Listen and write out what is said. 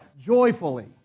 joyfully